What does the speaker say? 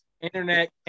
internet